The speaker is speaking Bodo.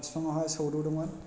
फिफाङावहाय सौदावदोंमोन